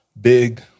big